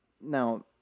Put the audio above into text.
Now